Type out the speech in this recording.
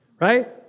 right